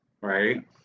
right